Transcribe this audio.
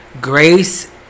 Grace